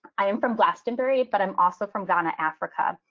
i am from glastonbury, but i'm also from ghana, africa.